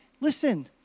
listen